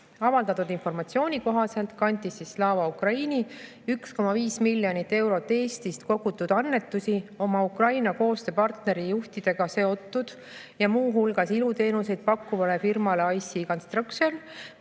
Avaldatud informatsiooni kohaselt kandis Slava Ukraini 1,5 miljonit eurot Eestist kogutud annetusi oma Ukraina koostööpartneri juhtidega seotud, muu hulgas iluteenuseid pakkuvale firmale IC Construction,